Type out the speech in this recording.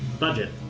budget.